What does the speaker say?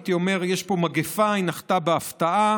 הייתי אומר: יש פה מגפה, היא נחתה בהפתעה,